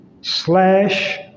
slash